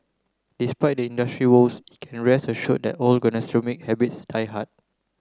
despite the industry's woes it can rest assured that old gastronomic habits die hard